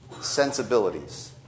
sensibilities